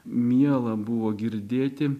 miela buvo girdėti